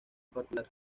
particular